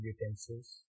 utensils